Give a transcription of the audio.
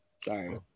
Sorry